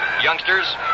youngsters